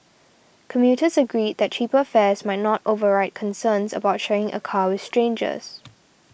commuters agreed that cheaper fares might not override concerns about sharing a car with strangers